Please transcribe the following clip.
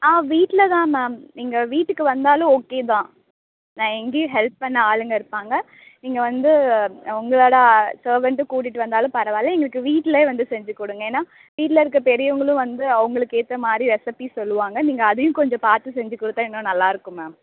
ஆ வீட்டில் தான் மேம் எங்கள் வீட்டுக்கு வந்தாலும் ஓகே தான் நான் இங்கேயும் ஹெல்ப் பண்ண ஆளுங்க இருப்பாங்க நீங்கள் வந்து உங்களோட சர்வண்ட்டும் கூட்டிட்டு வந்தாலும் பரவாயில்லை எங்களுக்கு வீட்லேயே வந்து செஞ்சுக் கொடுங்க ஏன்னா வீட்டில் இருக்க பெரியவங்களும் வந்து அவங்களுக்கு ஏற்ற மாதிரி ரெசிப்பீஸ் சொல்வாங்க நீங்கள் அதையும் கொஞ்சம் பார்த்து செஞ்சுக் கொடுத்தா இன்னும் நல்லா இருக்கும் மேம்